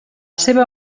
seva